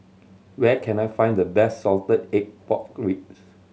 where can I find the best salted egg pork ribs